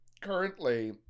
currently